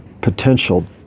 potential